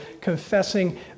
confessing